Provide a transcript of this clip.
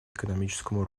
экономическому